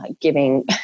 giving